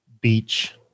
beach